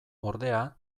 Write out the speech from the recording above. ordea